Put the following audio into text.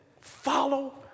follow